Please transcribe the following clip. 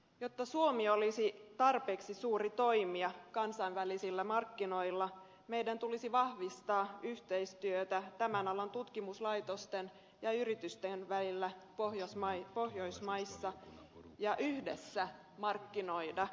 jotta suomi olisi tarpeeksi suuri toimija kansainvälisillä markkinoilla meidän tulisi vahvistaa yhteistyötä tämän alan tutkimuslaitosten ja yritysten välillä pohjoismaissa ja yhdessä markkinoida tietotaitomme